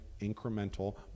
incremental